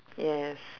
yes